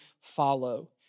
follow